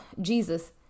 Jesus